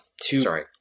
sorry